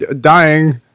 dying